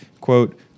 quote